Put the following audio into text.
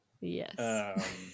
Yes